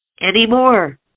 anymore